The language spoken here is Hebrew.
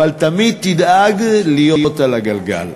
אבל תמיד תדאג להיות על הגלגל.